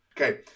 Okay